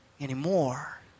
anymore